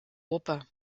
oper